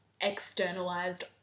externalized